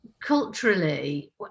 culturally